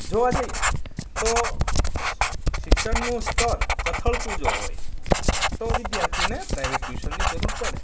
જોવા જઈએ તો શિક્ષણનું સ્તર કથળતું જ હોય તો વિદ્યાર્થીને પ્રાઈવેટ ટ્યુશનની જરૂર પડે